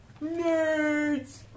Nerds